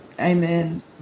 Amen